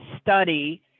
study